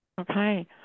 Okay